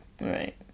Right